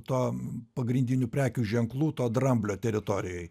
tam pagrindinių prekių ženklų to dramblio teritorijoj